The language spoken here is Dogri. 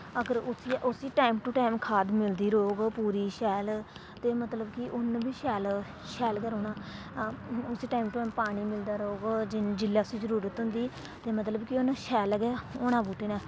अगर उस्सी उस्सी टाइम टू टाइम खाद मिलदी रौह्ग पूरी शैल ते मतलब कि उ'न्न बी शैल शैल गै रौह्ना उस्सी टाइम टू टाइम पानी मिलदा रौह्ग जि जिल्लै उस्सी जरूरत होंदी ते मतलब कि उ'न्नै शैल गै होना बूह्टे ने